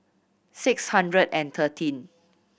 six hundred and thirteen